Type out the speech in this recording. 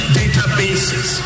databases